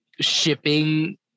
shipping